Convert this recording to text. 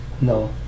No